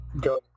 Go